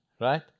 right